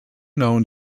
known